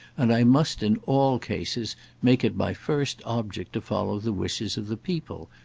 and i must in all cases make it my first object to follow the wishes of the people,